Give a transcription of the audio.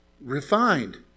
Refined